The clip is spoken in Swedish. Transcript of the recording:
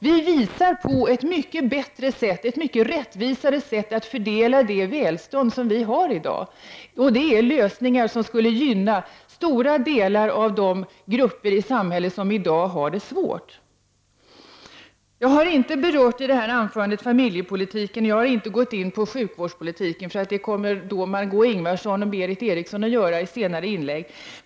Vi visar på ett mycket bättre och rättvisare sätt att fördela det välstånd som vi i Sverige har i dag. Det innebär lösningar som skulle gynna stora delar av de grupper i samhället som i dag har det svårt. Jag har i detta anförande inte berört familjepolitiken och sjukvårdspolitiken, eftersom Margö Ingvardsson och Berith Eriksson kommer att ta upp dessa frågor i senare inlägg.